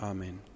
Amen